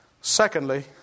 Secondly